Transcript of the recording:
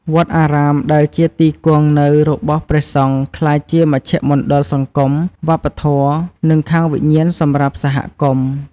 វត្តអារាមដែលជាទីគង់នៅរបស់ព្រះសង្ឃ ក្លាយជាមជ្ឈមណ្ឌលសង្គម វប្បធម៌ និងខាងវិញ្ញាណសម្រាប់សហគមន៍។